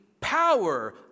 power